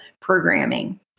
programming